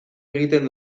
egiten